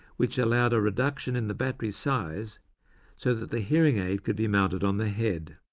which allowed a reduction in the battery size so that the hearing aid could be mounted on the head.